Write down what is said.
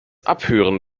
abhören